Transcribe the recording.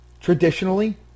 Traditionally